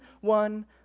one